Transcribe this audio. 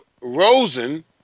Rosen